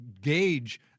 gauge